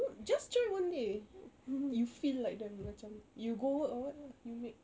no just try one day you feel like them macam you go work or what lah you make